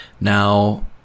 now